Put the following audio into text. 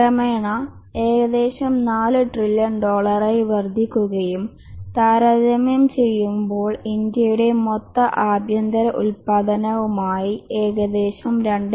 ക്രമേണ ഏകദേശം 4 ട്രില്യൺ ഡോളറായി വർദ്ധിക്കുകയും താരതമ്യം ചെയ്യുമ്പോൾ ഇന്ത്യയുടെ മൊത്ത ആഭ്യന്തര ഉൽപാദനവുമായി ഏകദേശം 2